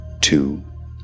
two